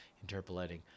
interpolating